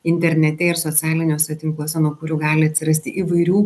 internete ir socialiniuose tinkluose nuo kurių gali atsirasti įvairių